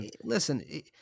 Listen